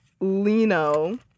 Lino